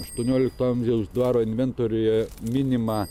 aštuoniolikto amžiaus dvaro inventoriuje minimą